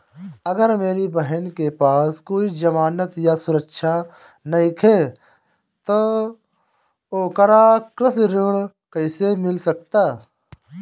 अगर मेरी बहन के पास कोई जमानत या सुरक्षा नईखे त ओकरा कृषि ऋण कईसे मिल सकता?